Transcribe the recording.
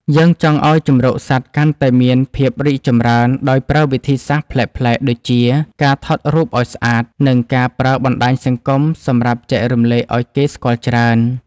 យើងចង់ឱ្យជម្រកសត្វកាន់តែមានភាពរីកចម្រើនដោយប្រើវិធីសាស្ត្រប្លែកៗដូចជាការថតរូបឱ្យស្អាត និង ការប្រើបណ្ដាញសង្គមសម្រាប់ចែករំលែកឱ្យគេស្គាល់ច្រើន។